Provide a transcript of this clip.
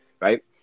right